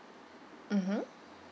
mmhmm